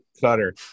Cutter